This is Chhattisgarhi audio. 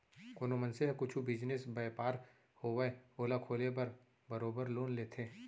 कोनो मनसे ह कुछु बिजनेस, बयपार होवय ओला खोले बर बरोबर लोन लेथे